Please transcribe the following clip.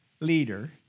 leader